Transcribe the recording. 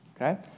Okay